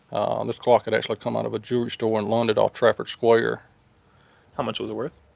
um this clock had actually come out of a jewelry store in london off shafford square how much was it worth?